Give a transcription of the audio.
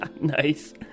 Nice